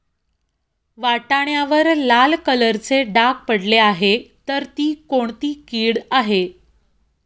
वाटाण्यावर लाल कलरचे डाग पडले आहे तर ती कोणती कीड आहे?